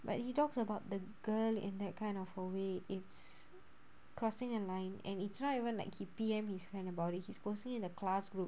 but he talks about the girl in that kind of away it's crossing a line and it's not even like he P_M his friend about it he's posting it in a class group